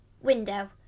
window